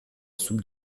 soupe